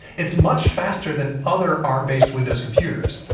it's much faster than other arm-based windows computers.